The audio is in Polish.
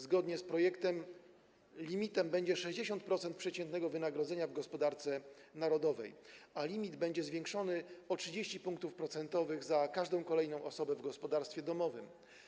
Zgodnie z projektem limitem będzie 60% przeciętnego wynagrodzenia w gospodarce narodowej, a limit będzie zwiększony o 30 punktów procentowych za każdą kolejną osobę w gospodarstwie domowym.